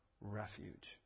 refuge